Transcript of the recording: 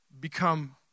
become